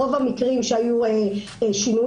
ברוב המקרים שהיו שינויים,